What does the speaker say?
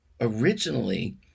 originally